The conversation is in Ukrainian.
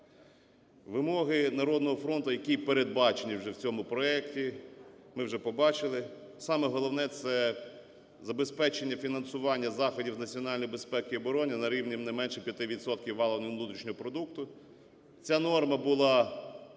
Вимоги "Народного фронту", які передбачені вже в цьому проекті, ми вже побачили. Саме головне – це забезпечення фінансування заходів національної безпеки і оборони на рівні не менше 5 відсотків валового внутрішнього продукту. Ця норма була